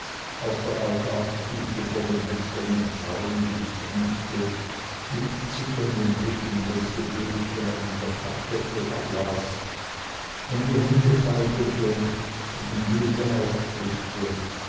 auf der altarstufe vor dem wächsernen frauenbilde kniete mit zitternden lippen das gebet von einem der pappdeckel ablas dann die hände faltete zu dem bilde aufblickte